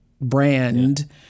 brand